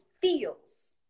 feels